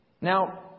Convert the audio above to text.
Now